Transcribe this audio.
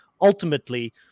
ultimately